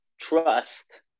trust